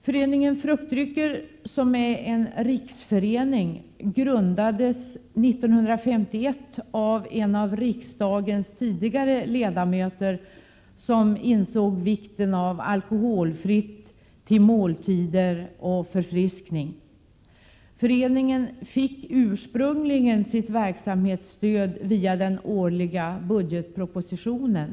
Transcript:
Föreningen Fruktdrycker, som är en riksförening, grundades 1951 av en av riksdagens tidigare ledamöter som insåg vikten av alkoholfritt till måltider och förfriskning. Föreningen fick ursprungligen sitt verksamhetsstöd via den årliga budgetpropositionen.